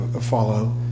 follow